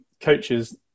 coaches